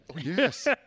Yes